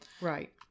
Right